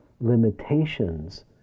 limitations